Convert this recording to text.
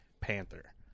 panther